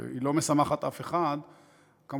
לא משמחת אף אחד כמובן,